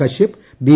Kashyap B